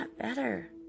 better